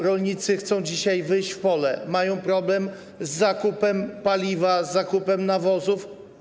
Rolnicy chcą dzisiaj wyjść w pole, mają problem z zakupem paliwa, z zakupem nawozów.